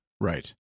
right